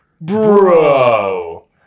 bro